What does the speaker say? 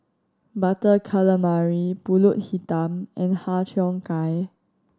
Butter Calamari Pulut Hitam and Har Cheong Gai